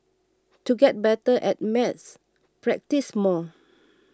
to get better at maths practise more